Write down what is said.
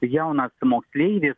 jauną moksleivį